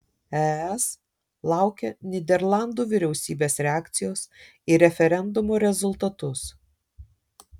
es laukia nyderlandų vyriausybės reakcijos į referendumo rezultatus